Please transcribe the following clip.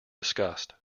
disgust